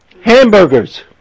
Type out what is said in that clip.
hamburgers